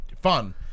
fun